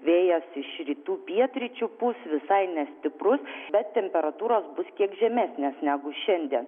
vėjas iš rytų pietryčių pūs visai nestiprus bet temperatūros bus kiek žemesnės negu šiandien